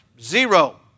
Zero